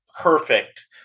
perfect